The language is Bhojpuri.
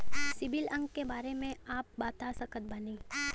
सिबिल अंक के बारे मे का आप बता सकत बानी?